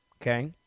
okay